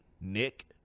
Nick